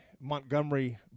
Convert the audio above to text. Montgomery